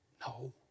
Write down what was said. No